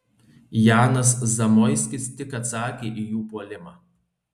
janas zamoiskis tik atsakė į jų puolimą